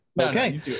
Okay